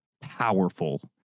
powerful